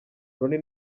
ronnie